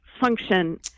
function